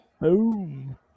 Boom